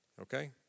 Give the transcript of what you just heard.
Okay